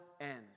end